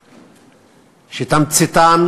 שתמציתן: